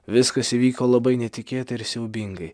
viskas įvyko labai netikėtai ir siaubingai